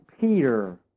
Peter